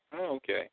Okay